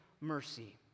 mercy